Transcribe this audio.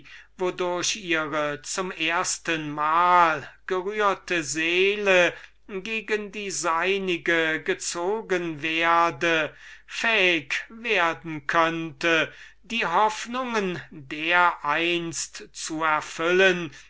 zum ersten mal gerührte seele gegen die seinige gezogen werde fähig werden könnte die hoffnungen dereinst zu erfüllen